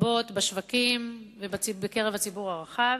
רבות בשווקים ובקרב הציבור הרחב,